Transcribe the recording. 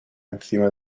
encima